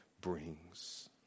brings